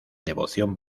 devoción